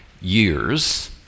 years